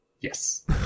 yes